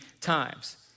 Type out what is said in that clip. times